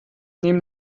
neben